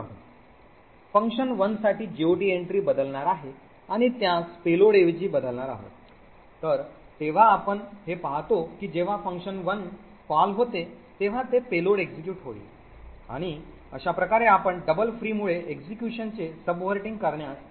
fun1 साठी GOT entry बदलणार आहे आणि त्यास पेलोडऐवजी बदलणार आहोत तर जेव्हा आपण हे पाहतो की जेव्हा fun1 कॉल होते तेव्हा ते पेलोड execute होईल आणि अशा प्रकारे आपण double free मुळे execution चे subverting करण्यास सक्षम असु